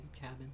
cabin